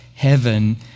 Heaven